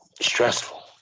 Stressful